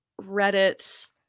Reddit